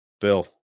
Bill